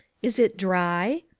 is it dry?